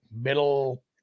middle